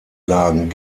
lagen